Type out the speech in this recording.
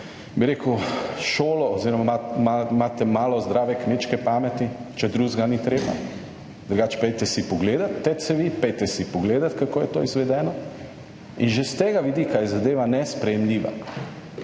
bi rekel, šolo oziroma imate malo zdrave kmečke pameti, če drugega ni treba, drugače, pojdite si pogledati te cevi, pojdite si pogledati, kako je to izvedeno in že s tega vidika je zadeva nesprejemljiva